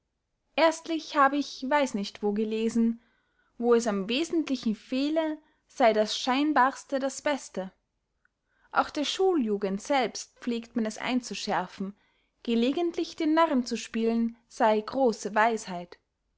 erstlich hab ich weiß nicht wo gelesen wo es am wesentlichen fehle sey das scheinbarste das beste auch der schuljugend selbst pflegt man es einzuschärfen gelegentlich den narren zu spielen sey grosse weisheit